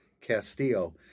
Castillo